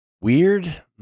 Weird